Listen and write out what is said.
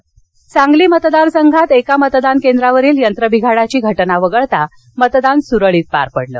सांगली सांगली मतदार संघात एका मतदान केंद्रावरील यंत्र बिघाडाची घटना वगळता मतदान सुरळीत पार पडलं